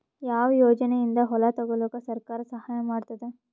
ಯಾವ ಯೋಜನೆಯಿಂದ ಹೊಲ ತೊಗೊಲುಕ ಸರ್ಕಾರ ಸಹಾಯ ಮಾಡತಾದ?